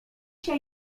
się